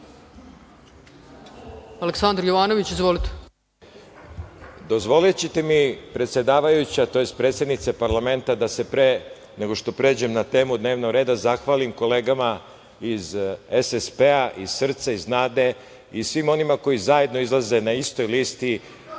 **Aleksandar Jovanović** Dozvolićete mi, predsedavajuća, tj. predsednice parlamenta da se pre nego što pređem na temu dnevnog reda zahvalim kolegama iz SSP, iz Srca, iz NADE i svima onima koji zajedno izlaze na istoj listi